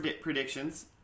predictions